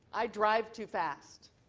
i drive too fast.